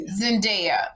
zendaya